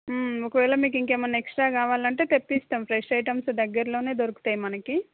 ఒకవేళ మీకు ఇంకేమైనా ఎక్స్ట్రా కావాలి అంటే తెప్పిస్తాము ఫ్రెష్ ఐటమ్స్ దగ్గరలోనే దొరుకుతాయి మనకి